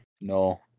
no